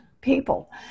people